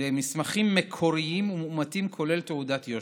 מסמכים מקוריים ומאומתים כולל תעודת יושר.